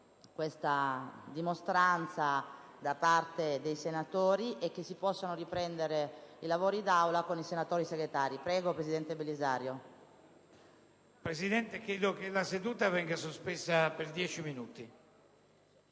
Presidente, chiedo che la seduta venga sospesa per dieci minuti.